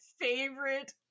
favorite